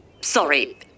sorry